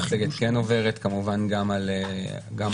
המצגת כן עוברת כמובן גם על המאקרו.